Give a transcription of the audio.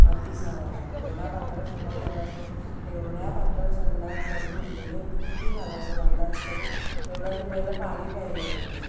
अतिसाराचा जेवढा पातळ संडास झाला असेल तेवढा पातळ संडास बघून म्हणजे किती झाला असेल अंदाज करून तेवढं आधी पहिलं पाणी प्यायला देतो